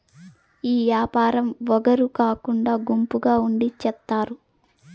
ఈ యాపారం ఒగరు కాకుండా గుంపుగా ఉండి చేత్తారు